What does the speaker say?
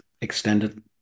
extended